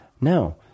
no